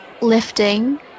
lifting